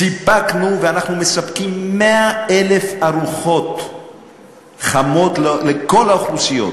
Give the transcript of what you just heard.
סיפקנו ואנחנו מספקים 100,000 ארוחות חמות לכל האוכלוסיות.